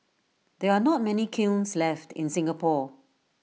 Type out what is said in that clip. there are not many kilns left in Singapore